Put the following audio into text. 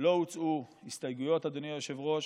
לא הוצעו הסתייגויות, אדוני היושב-ראש,